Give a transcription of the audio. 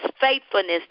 faithfulness